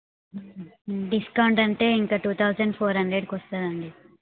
discount అంటే ఇంకా two thousand four హండ్రెడ్కి వస్తుందండీ